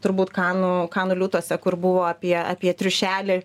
turbūt kanų kanų liūtuose kur buvo apie apie triušelį